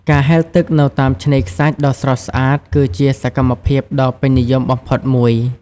ការហែលទឹក នៅតាមឆ្នេរខ្សាច់ដ៏ស្រស់ស្អាតគឺជាសកម្មភាពដ៏ពេញនិយមបំផុតមួយ។